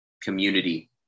community